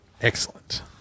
Excellent